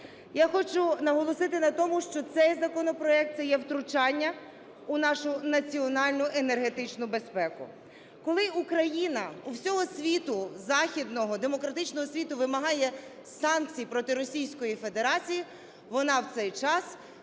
Я хочу наголосити на тому, що цей законопроект - це є втручання у нашу національну енергетичну безпеку, коли Україна у всього світу західного, демократичного світу, вимагає санкцій проти Російської Федерації, вона в цей час